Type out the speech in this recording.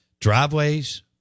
driveways